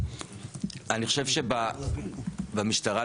אני חושב שהמשטרה,